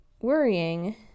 worrying